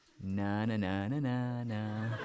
Na-na-na-na-na-na